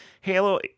Halo